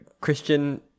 Christian